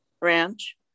Ranch